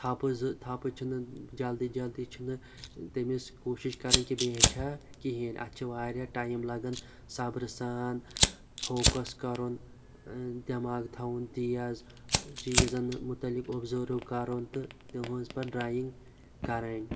تھپہٕ زٕ تھپہٕ چھنہٕ جَلدی جَلدی چھِنہِ تٔمِس کۄشِش کَرٕنۍ کہِ بیٚیہِ ہِچھہِ ہا کہینۍ اَتھ چھ وارِیاہ ٹایِم لَگان صَبرٕ سان فوکَس کَرُن دٮ۪ماغ تھاوُن تیز چیزَن مُتعلِق اوٚبزرو کَرُن تہٕ تہنٛز پتہٕ ڈَرایِنگ کَرٕنۍ